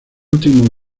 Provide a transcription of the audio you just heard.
último